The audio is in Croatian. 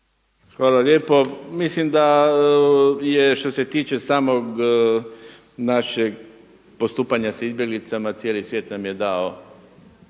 Hvala lijepo. Mislim da je što se tiče samog našeg postupanja sa izbjeglicama cijeli svijet nam je dao